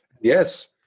Yes